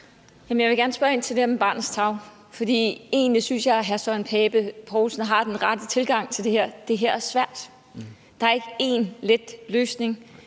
Jeg vil gerne spørge ind til det her med barnet tarv, for jeg synes egentlig, at hr. Søren Pape Poulsen har den rette tilgang til det her. Det her er svært – der ikke én let løsning,